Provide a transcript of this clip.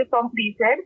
completed